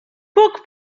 puk